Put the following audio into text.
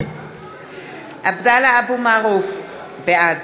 (קוראת בשמות חברי הכנסת) עבדאללה אבו מערוף, בעד